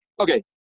okay